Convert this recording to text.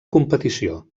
competició